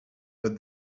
but